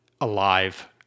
alive